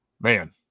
man